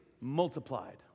multiplied